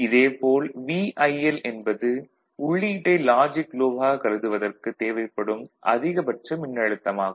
இதே போல் VIL என்பது உள்ளீட்டை லாஜிக் லோ வாக கருதுவதற்குத் தேவைப்படும் அதிகபட்ச மின்னழுத்தம் ஆகும்